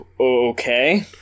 okay